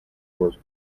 was